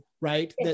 right